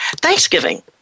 Thanksgiving